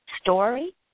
story